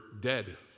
dead